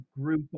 group